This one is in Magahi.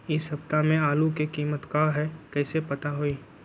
इ सप्ताह में आलू के कीमत का है कईसे पता होई?